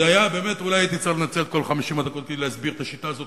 ואולי הייתי צריך לנצל את כל 50 הדקות שלי להסביר את השיטה הזו,